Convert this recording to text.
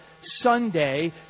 Sunday